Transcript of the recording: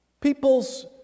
people's